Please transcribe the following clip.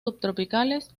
subtropicales